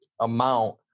amount